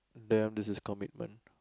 them this is commitment